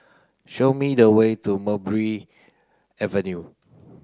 show me the way to Mulberry Avenue